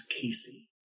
Casey